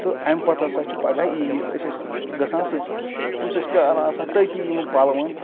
تہٕ اَمہِ پتہٕ ہسا چھِ پَگاہ عیٖد أسۍ ٲسۍ گَژھان سٕژَس تٔمِس ٲسۍ پیاران آسان تٔتی یِمن پَلوَن